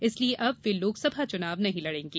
इसलिए अब मैं लोकसभा चुनाव नहीं लड्रंगी